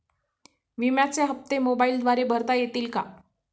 विम्याचे हप्ते मोबाइलद्वारे भरता येतील का?